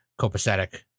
copacetic